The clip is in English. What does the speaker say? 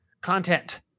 content